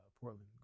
Portland